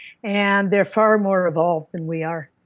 and they're far more evolved than we are.